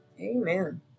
Amen